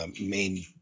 main